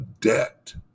debt